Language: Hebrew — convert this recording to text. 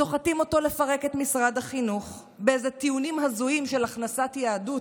סוחטים אותו לפרק את משרד החינוך באיזה טיעונים הזויים של הכנסת יהדות.